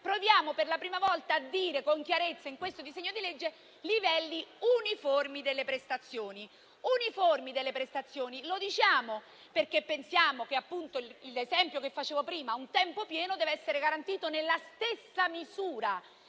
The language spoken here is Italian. proviamo per la prima volta a dire con chiarezza in questo disegno di legge "livelli uniformi delle prestazioni". Diciamo "livelli uniformi delle prestazioni" perché pensiamo che, come appunto nell'esempio che facevo prima, il tempo pieno debba essere garantito, nella stessa misura,